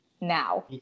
now